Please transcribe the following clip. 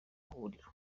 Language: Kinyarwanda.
huriro